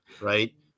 right